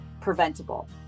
preventable